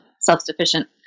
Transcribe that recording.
self-sufficient